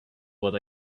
what